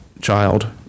child